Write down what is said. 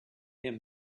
him